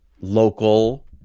local